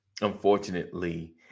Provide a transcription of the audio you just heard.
unfortunately